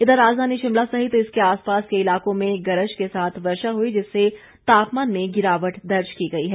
इधर राजधानी शिमला सहित इसके आसपास के इलाकों में गरज के साथ वर्षा हुई जिससे तापमान में गिरावट दर्ज की गई है